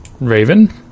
Raven